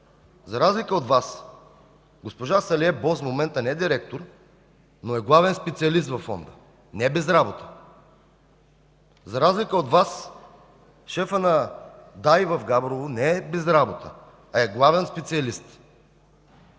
всеки път, госпожа Салие Боз в момента не е директор, но е главен специалист във Фонда. Не е без работа. За разлика от Вас! Шефът на ДАИ в Габрово не е без работа, а е главен специалист.